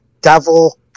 devil